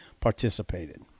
participated